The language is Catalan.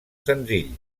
senzill